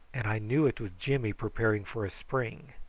and i knew it was jimmy preparing for a spring.